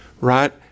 right